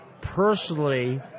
personally